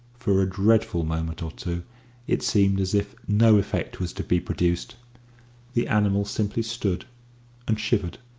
for a dreadful moment or two it seemed as if no effect was to be produced the animal simply stood and shivered,